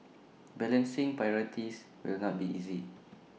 balancing priorities will not be easy